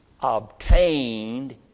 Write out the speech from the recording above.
obtained